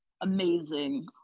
amazing